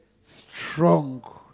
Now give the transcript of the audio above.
strong